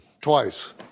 twice